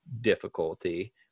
difficulty